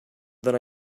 then